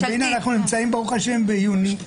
והינה אנחנו נמצאים ברוך השם ביוני.